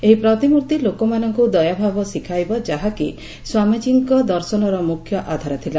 ଏହି ପ୍ରତିମର୍ତ୍ତି ଲୋକମାନଙ୍କୁ ଦୟାଭାବ ଶିଖାଇବ ଯାହାକି ସ୍ୱାମିଜୀଙ୍କ ଦର୍ଶନର ମୁଖ୍ୟ ଆଧାର ଥିଲା